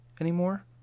anymore